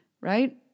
right